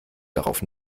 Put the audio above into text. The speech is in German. darauf